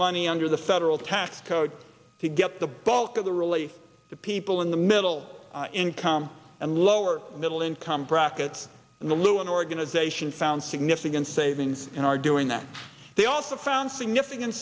money under the federal tax code to get the bulk of the really the people in the middle income and lower middle income brackets in the lewin organization found significant savings and are doing that they also found significant